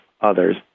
others